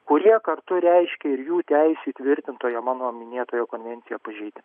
kurie kartu reiškia ir jų teisių įtvirtintoje mano minėtoje konvencijoje pažeidimą